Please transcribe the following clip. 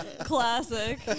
Classic